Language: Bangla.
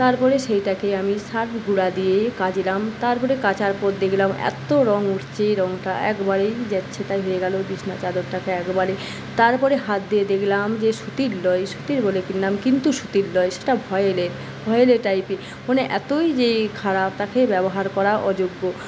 তারপরে সেইটাকে আমি সার্ফ গুঁড়া দিয়ে কাচলাম তারপরে কাচার পর দেখলাম এতো রং উঠছে রংটা একবারেই যাচ্ছেতাই হয়ে গেলো বিছনার চাদরটাকে একবারে তারপরে হাত দিয়ে দেখলাম যে সুতির নয় সুতির বলে কিনলাম কিন্তু সুতির নয় সেটা ভয়েলের ভয়েলের টাইপের মানে এতই যে খারাপ তাকে ব্যবহার করার অযোগ্য